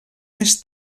més